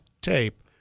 tape